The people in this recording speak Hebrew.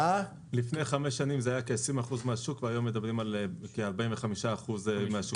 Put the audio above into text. לפני חמש שנים זה היה כ-20 אחוז מהשוק והיום מדברים על כ-45 אחוז מהשוק.